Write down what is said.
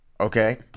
Okay